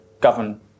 govern